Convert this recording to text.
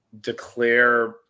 declare